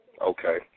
Okay